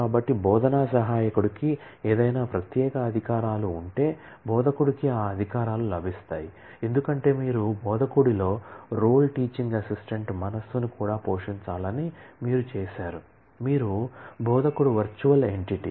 కాబట్టి బోధనా సహాయకుడికి ఏదైనా ప్రత్యేక అధికారాలు ఉంటే బోధకుడికి ఆ అధికారాలు లభిస్తాయి ఎందుకంటే మీరు బోధకుడిలో రోల్ టీచింగ్ అసిస్టెంట్ మనస్సును కూడా పోషించాలని మీరు చేసారు మీరు బోధకుడు వర్చువల్ ఎంటిటీ